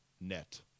net